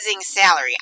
salary